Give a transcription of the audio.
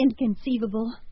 inconceivable